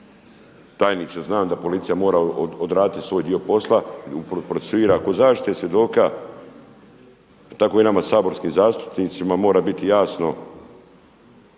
tajniče znam da policija mora odraditi svoj dio posla i procesuira kod zaštite svjedoka, tako je i nama saborskim zastupnicima mora biti jasno